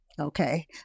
Okay